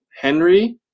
Henry